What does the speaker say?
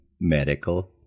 medical